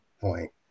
point